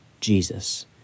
Jesus